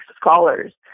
scholars